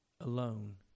alone